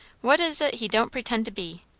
what is it he don't pretend to be?